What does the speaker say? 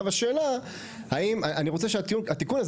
אני רוצה שהתיקון הזה